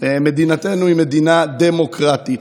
מדינתנו היא מדינה דמוקרטית,